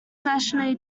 nationally